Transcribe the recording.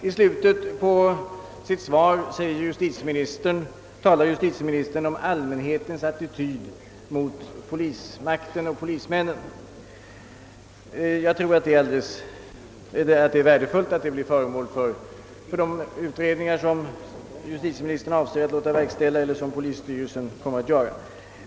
I slutet av sitt svar talar justitieministern om allmänhetens attityd till polisens arbete. Jag tror det är värdefullt att denna fråga blir föremål för de utredningar som justitieministern avser att låta verkställa eller som rikspolisstyrelsen kommer att göra.